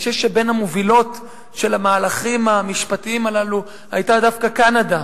אני חושב שבין המובילות של המהלכים המשפטיים הללו היתה דווקא קנדה,